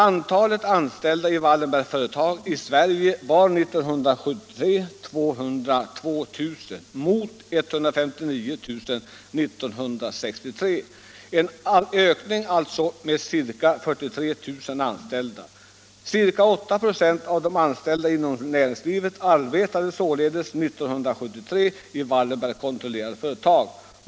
Antalet anställda vid Wallenbergföretag i Sverige var 202 000 år 1973 mot 159 000 år 1963 — alltså en ökning med ca 43 000 anställda. Omkring 8 96 av de anställda inom näringslivet arbetade således 1973 i Wallenbergkontrollerade företag.